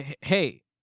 hey